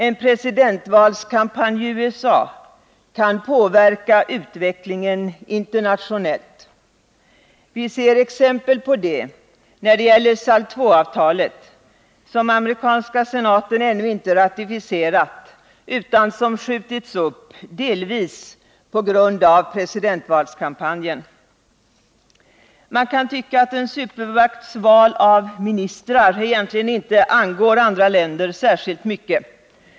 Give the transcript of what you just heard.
En presidentvalskampanj i USA kan påverka utvecklingen internationellt. Vi ser exempel på det när det gäller SALT II-avtalet, som amerikanska senaten ännu ej ratificerat utan som skjutits upp delvis på grund av presidentvalskampanjen. Man kan tycka att en supermakts val av ministrar egentligen inte angår andra länder särskilt mycket.